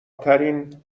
ترین